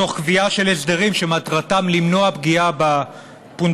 תוך קביעה של הסדרים שמטרתם למנוע פגיעה בפונדקאיות.